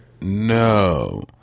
No